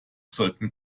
sollten